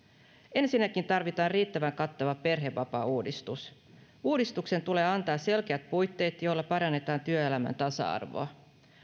ensinnäkin tarvitaan riittävän kattava perhevapaauudistus uudistuksen tulee antaa selkeät puitteet joilla parannetaan työelämän tasa arvoa